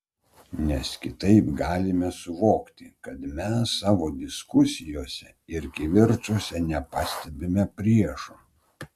nes kitaip galime suvokti kad mes savo diskusijose ir kivirčuose nepastebime priešo